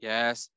Yes